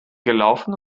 gelaufen